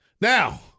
Now